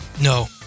No